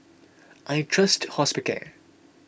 I trust Hospicare